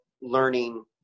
learning